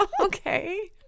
Okay